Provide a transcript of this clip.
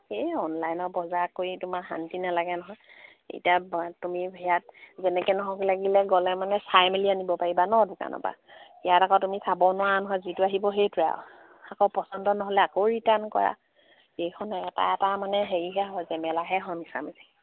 এই অনলাইনৰ বজাৰ কৰি তোমাৰ শান্তি নেলাগে নহয় এতিয়া তুমি ইয়াত যেনেকে নহওক লাগিলে গ'লে মানে চাই মেলি আনিব পাৰিবা ন দোকানৰ পৰা ইয়াত আকৌ তুমি চাব নোৱাৰা নহয় যিটো আহিব সেইটোৱে আৰু আকৌ পচন্দ নহ'লে আকৌ ৰিটাৰ্ণ কৰা এইখন এটা এটা মানে হেৰিহে হয় যে মেলাহে হয় মিছামিচি